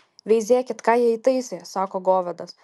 veizėkit ką jie įtaisė sako govedas